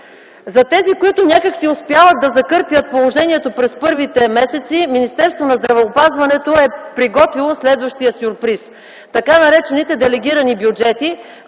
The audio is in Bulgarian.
За тези, които някак си успяват да закърпят положението през първите месеци, Министерството на здравеопазването е приготвило следващия сюрприз – така наречените делегирани бюджети,